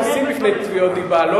אני חסין בפני תביעות דיבה,